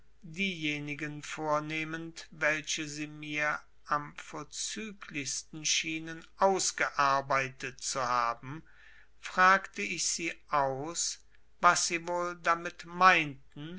diejenigen vornehmend welche sie mir am vorzüglichsten schienen ausgearbeitet zu haben fragte ich sie aus was sie wohl damit meinten